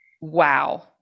Wow